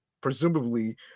presumably